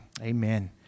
amen